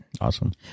Awesome